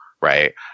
Right